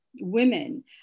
women